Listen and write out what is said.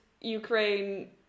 Ukraine